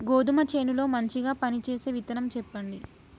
గోధుమ చేను లో మంచిగా పనిచేసే విత్తనం చెప్పండి?